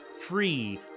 free